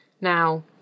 now